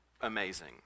amazing